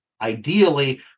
ideally